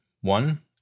one